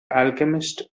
alchemist